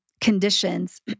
conditions